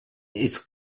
its